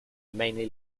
mainly